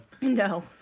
No